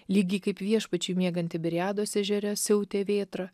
lygiai kaip viešpačiui miegant tiberiados ežere siautė vėtra